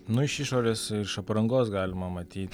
nu iš išorės iš aprangos galima matyt